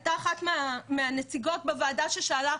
הייתה אחת מהנציגות בוועדה ששאלה,